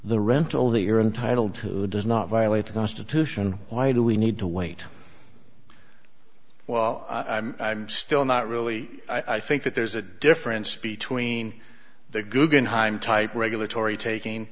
the rental that you're intitled to does not violate the constitution why do we need to wait well i'm still not really i think that there's a difference between the guggenheim type regulatory taking